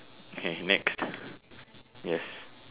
K next yes